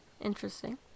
Interesting